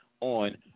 on